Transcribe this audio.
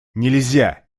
нельзя